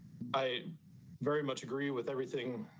i very much agree with everything.